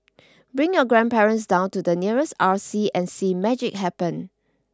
bring your grandparents down to the nearest R C and see magic happen